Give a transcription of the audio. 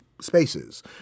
Spaces